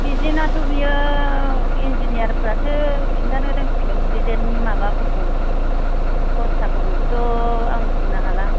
दिजेनाथ' बेयो इनजिनियारफ्रासो खिन्थानो रोंसिगोन दिजेननि माबाफोरखौ खरसाखौ बेखौथ' आं बुंनो हाला